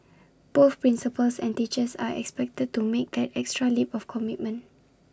both principals and teachers are expected to make an extra leap of commitment